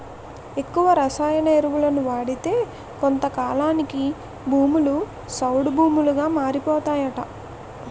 ఎక్కువ రసాయన ఎరువులను వాడితే కొంతకాలానికి భూములు సౌడు భూములుగా మారిపోతాయట